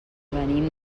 venim